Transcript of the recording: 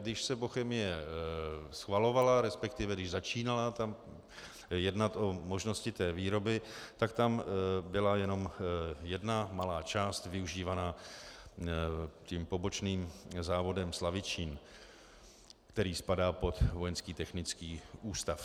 Když se Bochemie schvalovala, resp. když začínala jednat o možnosti té výroby, tak tam byla jenom jedna malá část využívaná tím pobočným závodem Slavičín, který spadá pod Vojenský technický ústav.